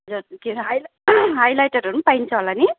हजुर केरे हाइला हाइलाइटरहरू पनि पाइन्छ होला नि